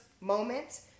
moment